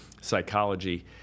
psychology